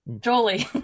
Jolie